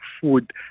food